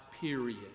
period